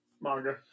manga